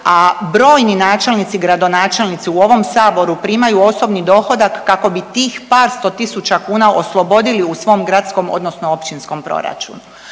a brojni načelnici i gradonačelnici u ovom saboru primaju osobni dohodak kako bi tih par sto tisuća kuna oslobodili u svom gradskom odnosno općinskom proračunu.